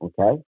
Okay